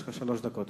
יש לך שלוש דקות.